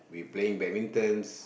we playing badmintons